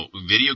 video